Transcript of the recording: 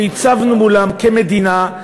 שהצבנו מולם כמדינה,